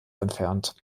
entfernt